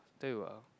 tell you ah